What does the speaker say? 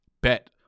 bet